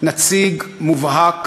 נציג מובהק